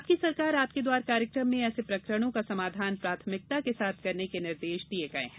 आपकी सरकार आपके द्वार कार्यक्रम में ऐसे प्रकरणों का समाधान प्राथमिकता के साथ करने के निर्देश दिये गये हैं